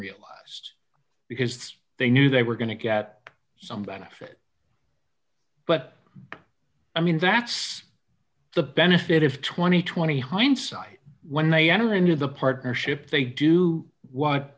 realized because they knew they were going to get some benefit but i mean that's the benefit of two thousand and twenty hindsight when they enter into the partnership they do what